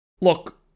Look